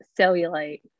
cellulite